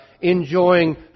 enjoying